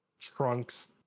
trunk's